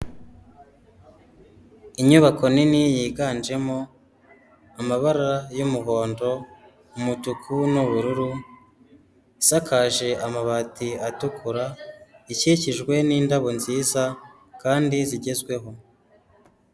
Inyubako nini yiganjemo amabara y'umuhondo umutuku n'ubururu, isakaje amabati atukura ikikijwe n'indabyo nziza kandi zigezweho.